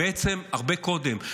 בעצם הרבה קודם,